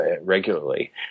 regularly